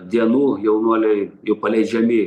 dienų jaunuoliai jau paleidžiami į